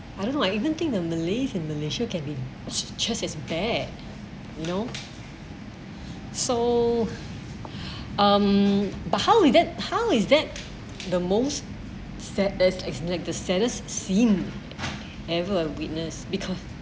I don't know I even think the malays in malaysia can be just as bad you know so um but how is that how is that the most sad~ sad~ the status seen ever a witness because